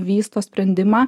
vysto sprendimą